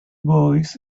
boys